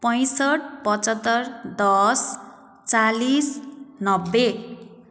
पैँसठ पचहत्तर दस चाल्लिस नब्बे